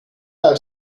i’ve